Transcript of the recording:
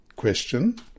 question